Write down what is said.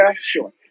sure